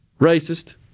Racist